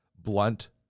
blunt